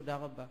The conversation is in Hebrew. תודה רבה.